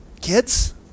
kids